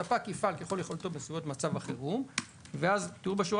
ספק יפעל ככל יכולתו בנסיבות מצב החירום ואז כתוב בשורה